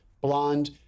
blonde